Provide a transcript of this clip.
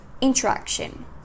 interaction